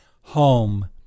home